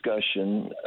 discussion